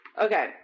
Okay